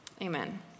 Amen